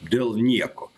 dėl nieko